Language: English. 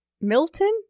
Milton